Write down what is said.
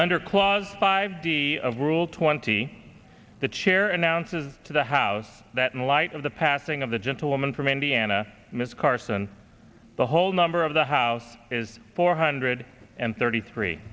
under clause five d of rule twenty the chair announces to the house that in light of the passing of the gentleman from indiana miss carson the whole number of the house is four hundred and thirty three